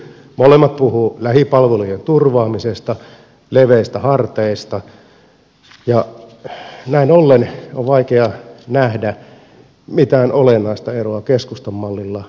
molemmat puhuvat lähipalvelujen turvaamisesta leveistä harteista ja näin ollen on vaikea nähdä mitään olennaista eroa keskustan mallin ja hallituksen mallin välillä